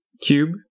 Cube